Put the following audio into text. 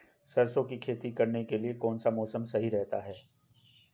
सरसों की खेती करने के लिए कौनसा मौसम सही रहता है?